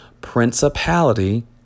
principality